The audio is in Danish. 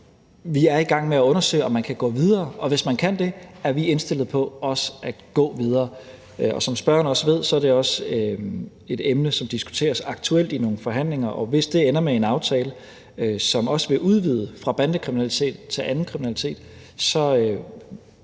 Vi er i gang med at undersøge, om man kan gå videre, og hvis man kan det, er vi også indstillet på at gå videre. Og som spørgeren også ved, er det også et emne, som diskuteres aktuelt i nogle forhandlinger. Og hvis det ender med en aftale, som også vil udvide fra bandekriminalitet til anden kriminalitet,